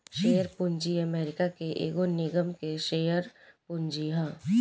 share पूंजी America के एगो निगम के शेयर पूंजी ह